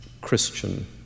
Christian